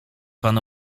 pan